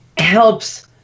helps